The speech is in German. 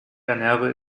ernähre